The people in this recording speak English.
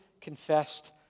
confessed